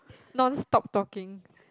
non stop talking